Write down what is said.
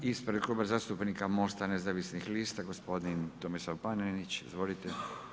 Ispred Kluba zastupnika Mosta nezavisnih lista, gospodin Tomislav Panenić, izvolite.